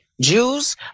Jews